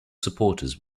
supporters